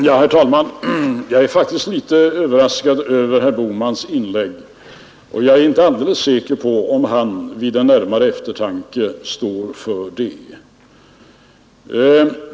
Herr talman! Jag är faktiskt litet överraskad över herr Bohmans inlägg, och jag är inte alldeles säker på att han vid närmare eftertanke står för det.